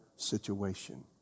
situation